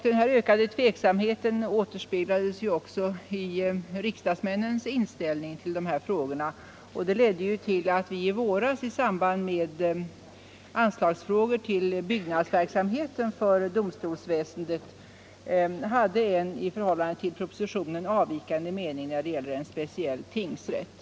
Denna ökade tveksamhet har också återspeglats i riksdagsmännens inställning till dessa frågor och ledde i våras till att vi i samband med frågor om anslag till byggnadsverksamheten för domstolsväsendet hade en annan mening än departementschefen när det gällde en speciell tingsrätt.